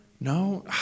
No